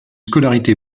scolarité